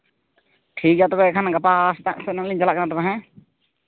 ᱴᱷᱤᱠ ᱜᱮᱭᱟ ᱛᱚᱵᱮ ᱠᱷᱟᱱ ᱜᱟᱯᱟ ᱥᱮᱛᱟᱜ ᱥᱮᱫ ᱞᱤᱧ ᱪᱟᱞᱟᱜ ᱠᱟᱱᱟ ᱛᱚᱵᱮ ᱦᱮᱸ